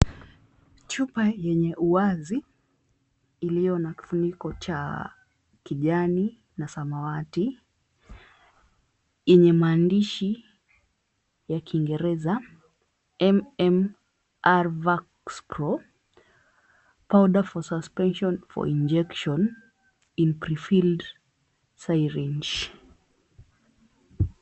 Chupa yenye uwazi iliyo na kifuniko cha kijani na samawati yenye maandishi ya kiingereza "MMR Vax Pro Powder For Suspension For Injection In Pre-filled Syringe".